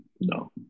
No